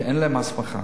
כי אין להם הסמכה,